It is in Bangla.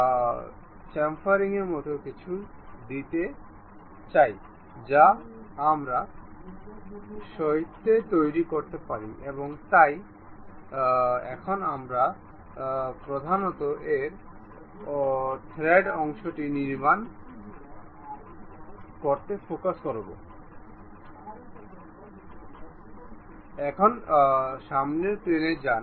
আসুন আমরা কেবল এই রেল ট্র্যাকের সাথে এই চাকাগুলিকে অ্যালাইন করি আমি এটাকে মেট বানাবো